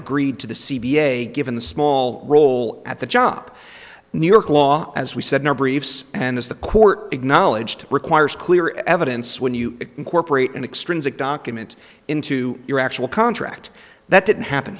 agreed to the c b a given the small role at the job new york law as we said no briefs and as the court acknowledged requires clear evidence when you incorporate in extremes of documents into your actual contract that didn't happen